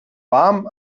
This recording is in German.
warm